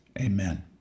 Amen